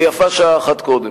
ויפה שעה אחת קודם.